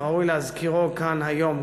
וראוי להזכירו כאן היום,